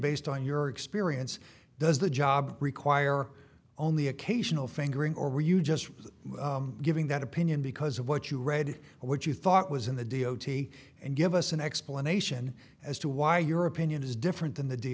based on your experience does the job require only occasional fingering or were you just giving that opinion because of what you read what you thought was in the d o t and give us an explanation as to why your opinion is different than the d